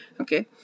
okay